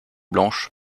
blanche